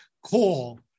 call